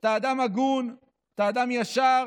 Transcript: אתה אדם הגון, אתה אדם ישר,